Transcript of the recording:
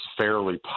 fairly